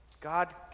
God